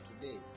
today